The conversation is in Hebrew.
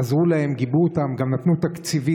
עזרו להם, גיבו אותם, גם נתנו תקציבים.